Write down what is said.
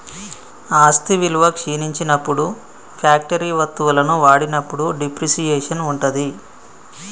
ఆస్తి విలువ క్షీణించినప్పుడు ఫ్యాక్టరీ వత్తువులను వాడినప్పుడు డిప్రిసియేషన్ ఉంటది